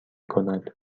کند